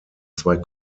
zwei